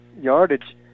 yardage